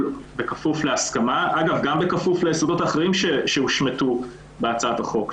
בכפוף להסכמה וגם בכפוף ליסודות האחרים שהושמטו בהצעת החוק,